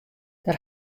der